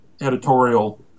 editorial